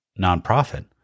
nonprofit